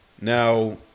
Now